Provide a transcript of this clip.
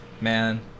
Man